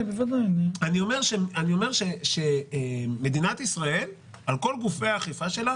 אני אומר שמדינת ישראל, על כל גופי האכיפה שלה,